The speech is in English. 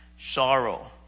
sorrow